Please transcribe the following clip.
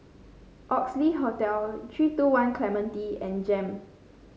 Oxley Hotel three two One Clementi and JEM